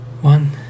One